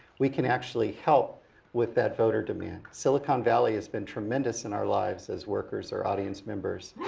we can actually help with that voter demand. silicon valley has been tremendous in our lives as workers or audience members,